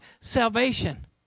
salvation